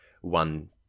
one